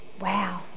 Wow